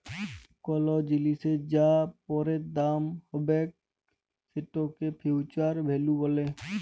call জিলিসের যা পরের দাম হ্যবেক সেটকে ফিউচার ভ্যালু ব্যলে